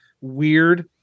weird